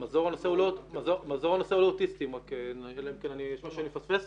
מזור הנושא הוא לא אוטיסטים אלא אם כן יש משהו שאני מפספס.